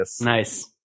Nice